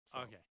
Okay